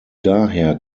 daher